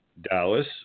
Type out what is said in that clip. Dallas